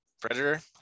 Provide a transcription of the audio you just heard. Predator